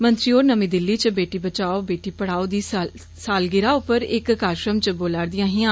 मंत्री होरे नमीं दिल्ली च बेटी बचाओ बेटी पढ़ाओ दी सालगीराह उप्पर इक कार्जक्रम च बोलारदी हियां